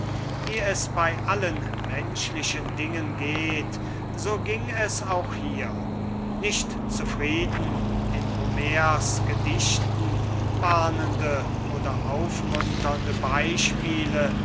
wie es bei allen menschlichen dingen geht so ging es auch hier nicht zufrieden in homers gedichten warnende oder aufmunternde beispiele